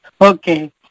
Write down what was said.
okay